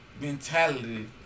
mentality